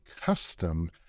custom